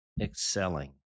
Excelling